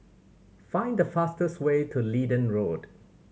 find the fastest way to Leedon Road